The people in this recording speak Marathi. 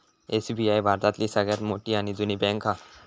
एस.बी.आय भारतातली सगळ्यात मोठी आणि जुनी बॅन्क हा